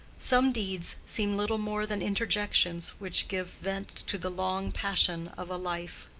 some deeds seem little more than interjections which give vent to the long passion of a life.